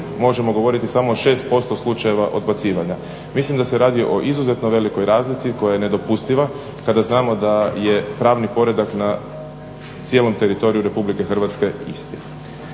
možemo govoriti o samo 6% slučajeva odbacivanja. Mislim da se radi o izuzetno velikoj razlici koja je nedopustiva kada znamo da je pravni poredak na cijelom teritoriju RH isti.